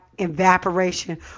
evaporation